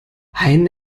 ein